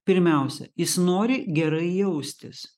pirmiausia jis nori gerai jaustis